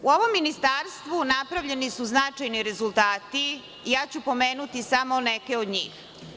U ovom ministarstvu napravljeni su značajni rezultati i ja ću pomenuti samo neke od njih.